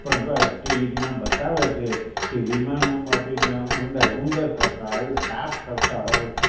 પણ ટીવીમાં બતાવે છે કે વિમાનોમાં બી અંદર ઉંદર ફરતા હોય સાપ ફરતા હોય